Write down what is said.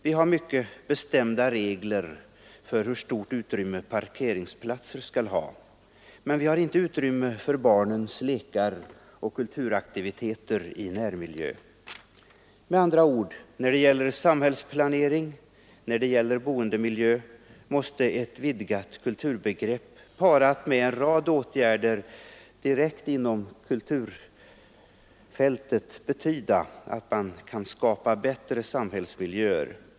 Vi har mycket bestämda regler för hur stort utrymme parkeringsplatser skall ta, men vi har inte utrymme för barnens lekar och kulturaktiviteter i närmiljö. Med andra ord: när det gäller samhällsplanering och boendemiljö måste ett vidgat kulturbegrepp — parat med en rad åtgärder direkt inom kulturfältet — betyda att man kan skapa bättre samhällsmiljöer.